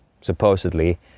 supposedly